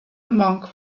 monk